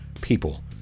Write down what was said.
people